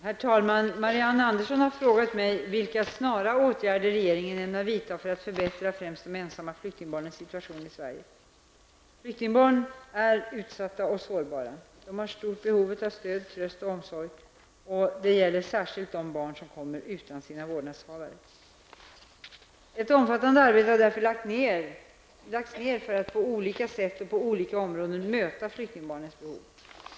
Herr talman! Marianne Andersson i Vårgårda har frågat mig vilka snara åtgärder regeringen ämnar vidta för att förbättra främst de ensamma flyktingbarnens situation i Sverige. Flyktingbarn är utsatta och sårbara. De har stort behov av stöd, tröst och omsorg. Det gäller särskilt de barn som kommer utan sina vårdnadshavare. Ett omfattande arbete har därför lagts ned för att på olika sätt och på olika områden möta flyktingbarnens behov.